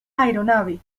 aeronave